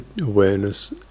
awareness